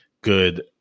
good